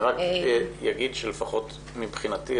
אני רק אגיד שלפחות מבחינתי,